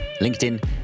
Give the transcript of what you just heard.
LinkedIn